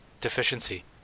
deficiency